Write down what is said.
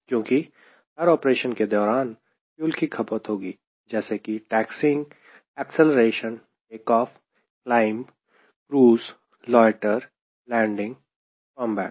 क्योंकि हर ऑपरेशन के दौरान फ्यूल की खपत होगी जैसे कि taxiing acceleration take off climb cruise loiter landing combat